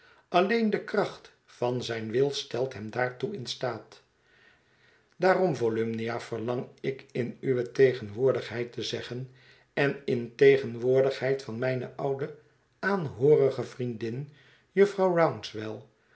alleen de kracht van zijn wil stelt hem daartoe in staat daarom volumnia verlang ik in uwe tegenwoordigheid te zeggen en in tegenwoordigheid van mijne oude aanhoorige vriendin jufvrouw rouncewell